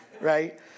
right